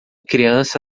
criança